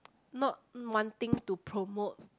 not wanting to promote